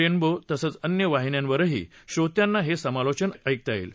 rainbow तसंच अन्य वाहिन्यांवरही श्रोत्यांना हे समालोचन ऐकता येईल